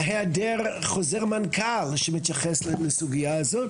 היעדר חוזר מנכ"ל שמתייחס לסוגיה הזאת,